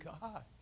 God